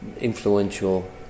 influential